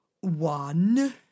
One